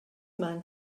man